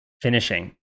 finishing